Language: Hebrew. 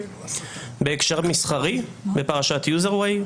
בהקשר מסחרי בפרשת יוזר ויי,